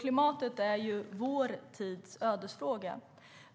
Klimatet är ju vår tids ödesfråga.